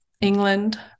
England